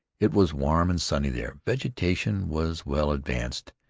it was warm and sunny there, vegetation was well advanced,